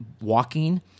walking